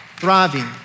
Thriving